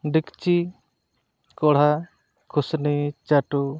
ᱰᱮᱠᱪᱤ ᱠᱚᱲᱦᱟ ᱠᱷᱩᱥᱱᱤ ᱪᱟᱹᱴᱩ